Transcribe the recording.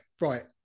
right